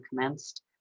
commenced